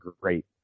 great